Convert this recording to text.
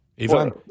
Ivan